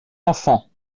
enfants